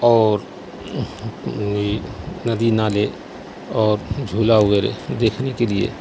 اور ندی نالے اور جھولا وغیرہ دیکھنے کے لیے